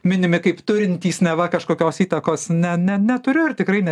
minimi kaip turintys neva kažkokios įtakos ne ne neturiu ir tikrai ne